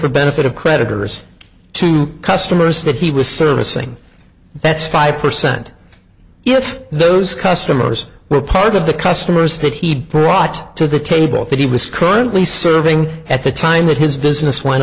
for benefit of creditors to customers that he was servicing that's five percent if those customers were part of the customers that he'd brought to the table that he was currently serving at the time that his business went